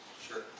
Sure